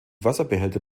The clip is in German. wasserbehälter